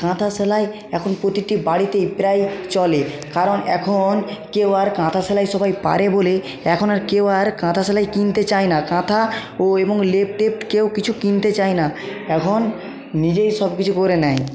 কাঁথা সেলাই এখন প্রতিটি বাড়িতেই প্রায় চলে কারণ এখন কেউ আর কাঁথা সেলাই সবাই পারে বলে এখন আর কেউ আর কাঁথা সেলাই কিনতে চায় না কাঁথা ও এবং লেপ টেপ কেউ কিছু কিনতে চায় না এখন নিজেই সব কিছু করে নেয়